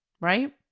Right